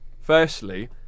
firstly